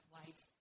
life